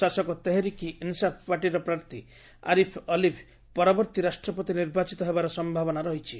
ଶାସକ ତେହରିକ୍ ଇ ଇନ୍ସାଫ୍ ପାର୍ଟିର ପ୍ରାର୍ଥୀ ଆରିଫ୍ ଅଲିଭ୍ ପରବର୍ତ୍ତୀ ରାଷ୍ଟ୍ରପତି ନିର୍ବାଚିତ ହେବାର ସମ୍ଭାବନା ରହିଛି